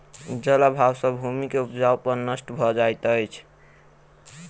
जल अभाव सॅ भूमि के उपजाऊपन नष्ट भ जाइत अछि